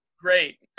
Great